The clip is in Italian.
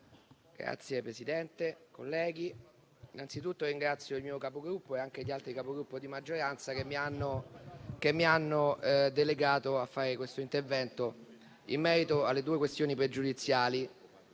Signor Presidente, colleghi, innanzitutto ringrazio il mio Capogruppo e gli altri Capigruppo di maggioranza, che mi hanno delegato a fare questo intervento in merito alle due questioni pregiudiziali